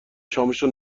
شامشو